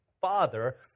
father